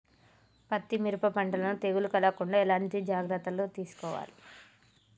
పత్తి మిరప పంటలను తెగులు కలగకుండా ఎలా జాగ్రత్తలు తీసుకోవాలి?